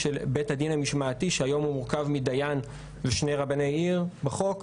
המשמעתי שהיום מורכב מדיין ושני רבני עיר בחוק,